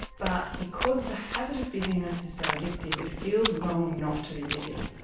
but because the habit of busyness is so addictive, it feels wrong not to be busy.